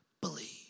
Believe